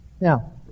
Now